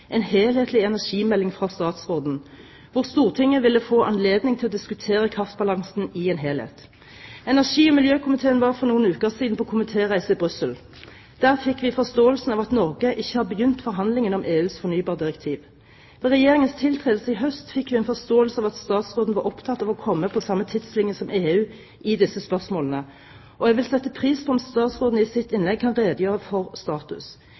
en helhetlig energimelding fra statsråden – hvor Stortinget ville få anledning til å diskutere kraftbalansen i en helhet. Energi- og miljøkomiteen var for noen uker siden på komitéreise i Brussel. Der fikk vi forståelsen av at Norge ikke har begynt forhandlingene om EUs fornybardirektiv. Ved Regjeringens tiltredelse i høst fikk vi en forståelse av at statsråden var opptatt av å komme på samme tidslinje som EU i disse spørsmålene, og jeg ville sette pris på om statsråden i sitt innlegg kan redegjøre for status.